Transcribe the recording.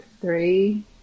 Three